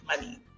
money